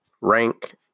rank